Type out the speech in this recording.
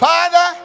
Father